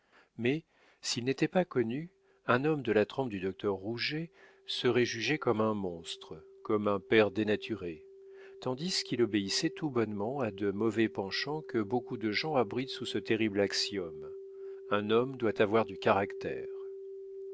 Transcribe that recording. mais s'ils n'étaient pas connus un homme de la trempe du docteur rouget serait jugé comme un monstre comme un père dénaturé tandis qu'il obéissait tout bonnement à de mauvais penchants que beaucoup de gens abritent sous ce terrible axiome un homme doit avoir du caractère